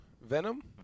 Venom